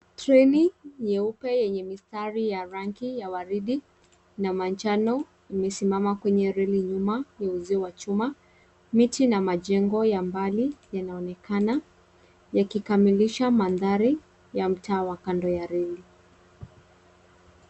Treni nyeupe yenye mistari ya rangi ya waridi na manjano imesimama kwenye reli nyuma ya uzio wa chuma. Miti na majengo ya mbali yanaonekana yakikamilisha mandhari ya mtaa wa kando ya reli.